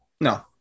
No